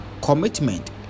Commitment